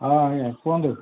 ହଁ ଆଜ୍ଞା କୁହନ୍ତୁ